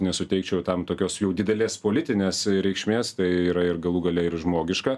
nesuteikčiau tam tokios jau didelės politinės reikšmės tai yra ir galų gale ir žmogiška